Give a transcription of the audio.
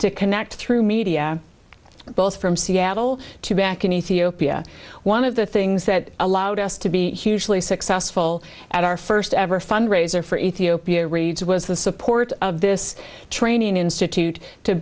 to connect through media both from seattle to back in ethiopia one of the things that allowed us to be hugely successful at our first ever fundraiser for ethiopia reads was the support of this training institute to